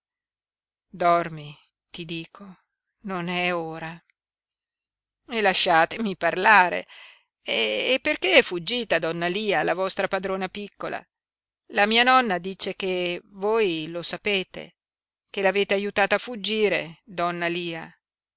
dormi ti dico non è ora e lasciatemi parlare e perché è fuggita donna lia la vostra padrona piccola la mia nonna dice che voi lo sapete che l'avete aiutata a fuggire donna lia